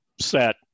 set